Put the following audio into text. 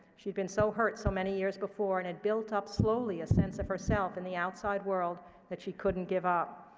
she'd been so hurt so many years before, and had built up slowly a sense of herself in the outside world that she couldn't give up.